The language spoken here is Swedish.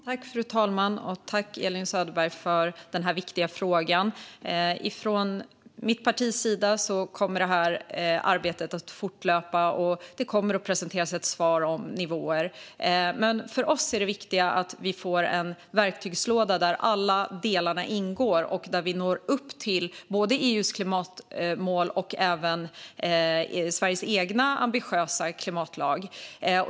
Fru talman! Tack, Elin Söderberg, för denna viktiga fråga! I mitt parti kommer arbetet att fortlöpa. Det kommer att presenteras ett svar om nivåer. Men för oss är det viktigt att vi får en verktygslåda där alla delarna ingår och som innebär att vi kan nå upp till både EU:s klimatmål och Sveriges egen ambitiösa klimatlag.